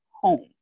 home